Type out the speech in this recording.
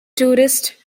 tourist